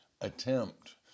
attempt